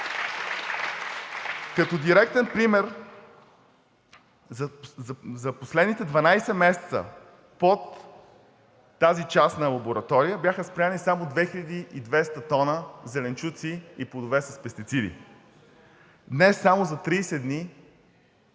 Като директен пример за последните 12 месеца под тази частна лаборатория бяха спрени само 2200 хил. т зеленчуци и плодове с пестициди. Днес, само за 30 дни,